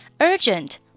Urgent